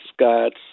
Scott's